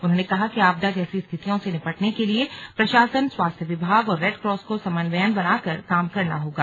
उन्होंने कहा कि आपदा जैसी स्थितियों से निपटने के लिए प्रशासन स्वास्थ्य विभाग और रेडक्रॉस को समन्वयन बनाकर काम करना होगा